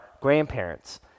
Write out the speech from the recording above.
grandparents